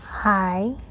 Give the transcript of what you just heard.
hi